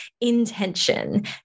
intention